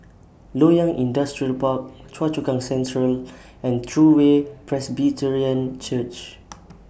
Loyang Industrial Park Choa Chu Kang Central and True Way Presbyterian Church